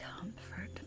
comfort